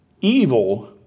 evil